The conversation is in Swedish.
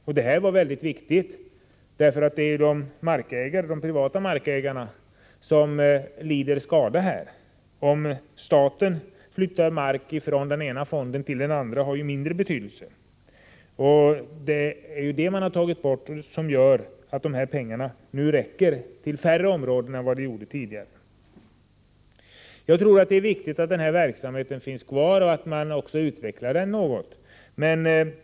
Problemet är viktigt eftersom de privata markägarna lider skada. Om staten flyttar mark från den ena fonden till den andra har ersättningsfrågan däremot mindre betydelse. Pengarna räcker numera till färre områden än vad de gjorde tidigare. Jag tycker att det är väsentligt att den aktuella verksamheten fortsätter och att man utvecklar den något.